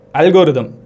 algorithm